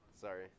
sorry